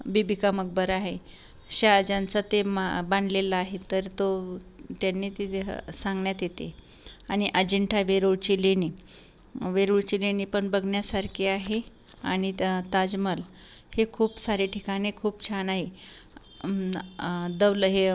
बिबी का मकबरा आहे शाजानचं ते मा बांधलेलं आहे तर तो त्यांनी ते ते सांगण्यात येते आणि अजिंठा वेरूळची लेणी वेरूळची लेणी पण बघण्यासारखी आहे आणि त्या ताजमहाल हे खूप सारे ठिकाणे खूप छान आहे दौल हे